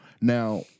Now